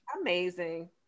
amazing